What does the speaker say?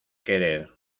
querer